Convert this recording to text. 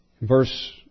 Verse